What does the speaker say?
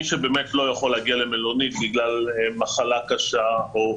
מי שבאמת לא יכול להגיע למלונית בגלל מחלה קשה או